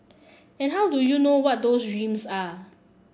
and how do you know what those dreams are